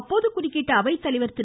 அப்போது குறுக்கிட்ட அவைத்தலைவர் திரு